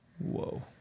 Whoa